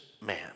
man